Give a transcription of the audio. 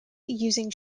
using